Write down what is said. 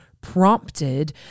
prompted